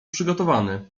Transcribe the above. przygotowany